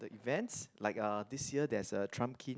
the events like uh this year there's a Trump Kim